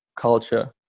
culture